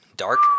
Dark